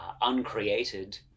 uncreated